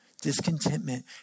Discontentment